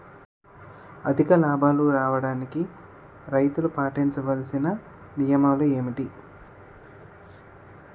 అధిక లాభాలు రావడానికి రైతులు పాటించవలిసిన నియమాలు ఏంటి